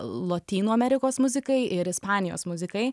lotynų amerikos muzikai ir ispanijos muzikai